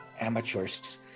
amateurs